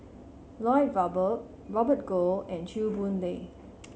Lloyd Valberg Robert Goh and Chew Boon Lay